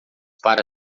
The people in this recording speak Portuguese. para